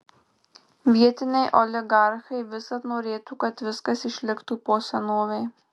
vietiniai oligarchai visad norėtų kad viskas išliktų po senovei